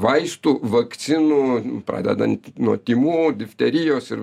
vaistų vakcinų pradedant nuo tymų difterijos ir